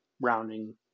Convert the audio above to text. rounding